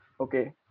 Okay